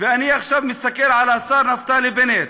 ואני עכשיו מסתכל על השר נפתלי בנט,